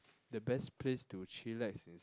the best place to chillax